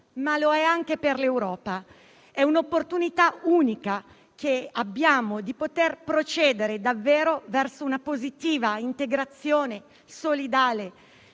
ma lo è anche per l'Europa. È un'opportunità unica che abbiamo per poter procedere davvero verso una positiva integrazione solidale,